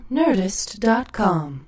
nerdist.com